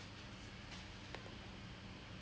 electrical circuits module